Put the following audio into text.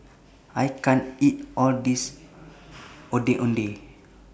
I can't eat All This Ondeh Ondeh